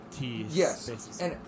yes